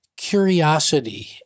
curiosity